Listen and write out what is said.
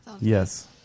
Yes